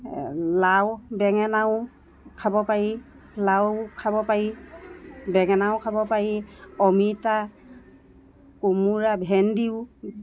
লাও বেঙেনাও খাব পাৰি লাও খাব পাৰি বেগেনাও খাব পাৰি অমিতা কোমোৰা ভেণ্ডিও